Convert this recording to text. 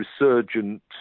resurgent